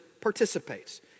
participates